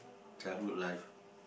childhood life